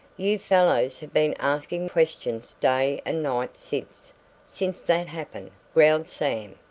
you fellows have been asking questions day and night since since that happened, growled sam.